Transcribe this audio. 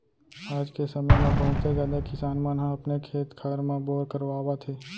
आज के समे म बहुते जादा किसान मन ह अपने खेत खार म बोर करवावत हे